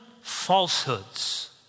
falsehoods